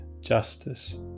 justice